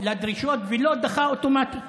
לדרישות ולא דחה אוטומטית.